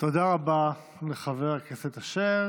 תודה רבה לחבר הכנסת אשר.